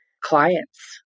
clients